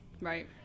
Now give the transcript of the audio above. Right